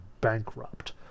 bankrupt